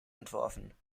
entworfen